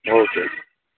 okay